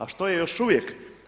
A što je još uvijek?